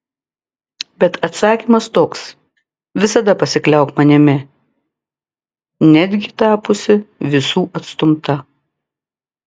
bet atsakymas toks visada pasikliauk manimi netgi tapusi visų atstumta